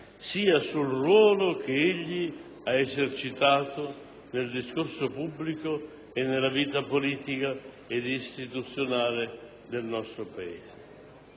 sia sul ruolo che egli ha esercitato nel discorso pubblico e nella vita politica ed istituzionale del nostro Paese.